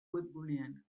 webgunean